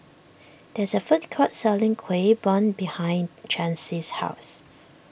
there is a food court selling Kueh Bom behind Chancey's house